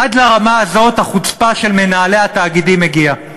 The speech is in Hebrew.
עד לרמה הזאת החוצפה של מנהלי התאגידים הגיעה.